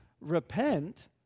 repent